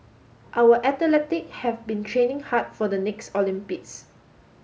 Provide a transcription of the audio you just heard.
our atheletic have been training hard for the next Olympics